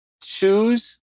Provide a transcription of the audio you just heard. choose